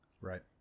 Right